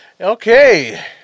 Okay